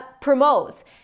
promotes